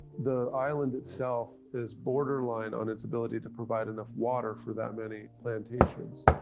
the island itself is borderline on its ability to provide enough water for that many plantations.